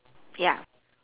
ya